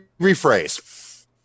rephrase